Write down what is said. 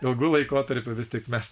ilgu laikotarpiu vis tik mes